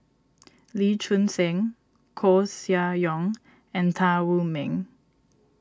Lee Choon Seng Koeh Sia Yong and Tan Wu Meng